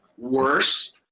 worse